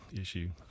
issue